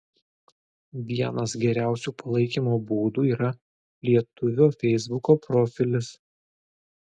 vienas geriausių palaikymo būdų yra lietuvio feisbuko profilis